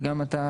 וגם אליך,